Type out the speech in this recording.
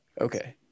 Okay